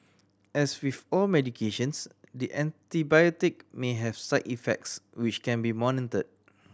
as with all medications the antibiotic may have side effects which can be monitored